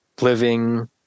Living